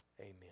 Amen